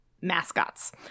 mascots